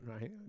right